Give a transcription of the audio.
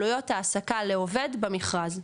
עלויות העסקה לעובד במכרז,